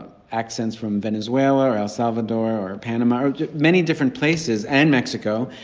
accents from venezuela or el salvador or panama or many different places and mexico.